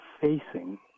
facing